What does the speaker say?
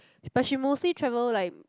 but she mostly travel like